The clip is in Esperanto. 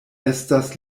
estas